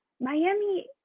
Miami